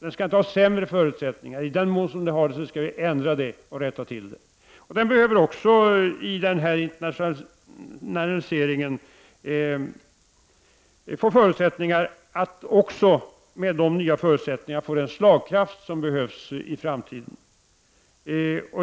Den skall inte ha sämre förutsättningar än andra. I den mån som den har det skall vi rätta till förhållandet. Denna sektor behöver i den här internationaliseringen få den slagkraft som i framtiden blir nödvändig.